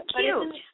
cute